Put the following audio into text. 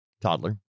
toddler